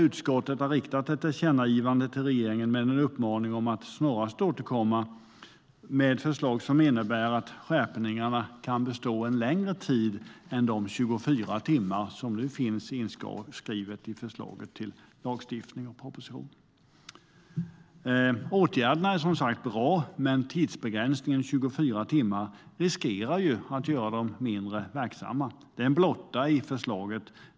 Utskottet har riktat ett tillkännagivande till regeringen med en uppmaning att snarast återkomma med förslag som innebär att skärpningarna kan bestå längre tid än de 24 timmar som nu finns inskrivet i förslaget till lagstiftning, i propositionen. Åtgärderna är som sagt bra, men tidsbegränsningen på 24 timmar riskerar att göra dem mindre verksamma. Det är en blotta i förslaget.